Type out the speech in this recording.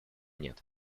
нет